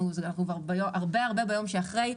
הרבה-הרבה ביום שאחרי,